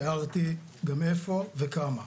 תיארתי גם מאיפה וכמה.